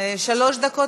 שלוש דקות